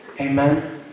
Amen